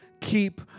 keep